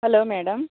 hello madam